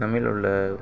தமிழ் உள்ள